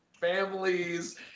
families